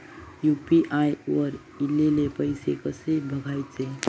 UPI वर ईलेले पैसे कसे बघायचे?